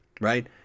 Right